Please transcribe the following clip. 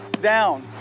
down